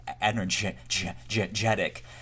energetic